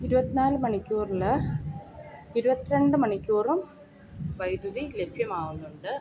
ഇരുപത്തി നാല് മണിക്കൂറിൽ ഇരുപത്തി രണ്ട് മണിക്കൂറും വൈദ്യുതി ലഭ്യമാവുന്നുണ്ട്